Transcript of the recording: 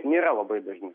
nėra labai dažni